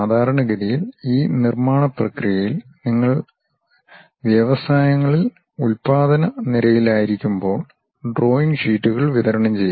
സാധാരണഗതിയിൽ ഈ നിർമ്മാണ പ്രക്രിയയിൽ നിങ്ങൾ വ്യവസായങ്ങളിൽ ഉൽപാദന നിരയിലായിരിക്കുമ്പോൾ ഡ്രോയിംഗ് ഷീറ്റുകൾ വിതരണം ചെയ്യും